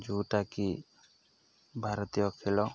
ଯେଉଁଟାକି ଭାରତୀୟ ଖେଳ